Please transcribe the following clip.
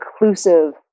inclusive